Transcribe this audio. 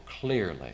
clearly